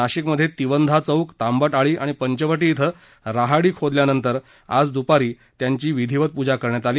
नाशिकमधे तिवंधा चौक तांबट आळी आणि पंचवटी क्रि राहाडी खोदल्यानंतर आज दुपारी त्यांची विधिवत पूजा करण्यात आली